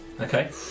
Okay